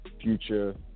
Future